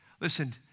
Listen